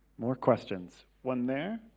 more questions, one there.